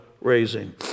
raising